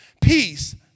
Peace